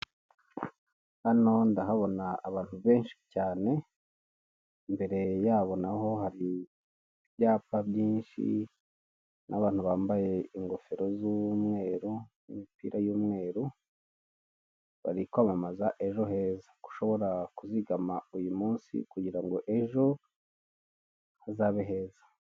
Hano ndahabona abantu benshi cyane, imbere yabo naho hari ibyapa byinshi, n'abantu bambaye ingofero z'umweru imipira y'umweru, bari kwamamaza ejo heza ko ushobora kuzigama uyu munsi kugira ngo ejo hazabe heza.